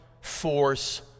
force